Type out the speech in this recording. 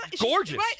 Gorgeous